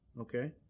Okay